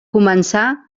començar